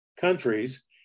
countries